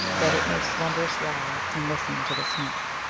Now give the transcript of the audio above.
that it may slumberous lie, and listen to the snake.